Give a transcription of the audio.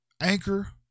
Anchor